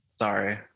Sorry